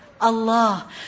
Allah